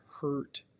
hurt